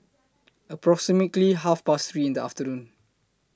approximately Half Past three in The afternoon